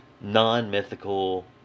non-mythical